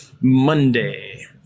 Monday